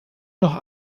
noch